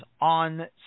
on